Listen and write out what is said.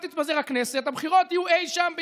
אז תתפזר הכנסת, הבחירות יהיו אי-שם ביוני-יולי,